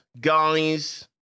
guys